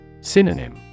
Synonym